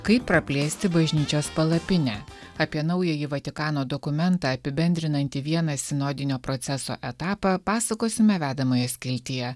kaip praplėsti bažnyčios palapinę apie naująjį vatikano dokumentą apibendrinantį vieną sinodinio proceso etapą pasakosime vedamoje skiltyje